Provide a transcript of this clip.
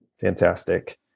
Fantastic